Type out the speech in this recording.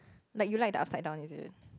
like you like the upside down is it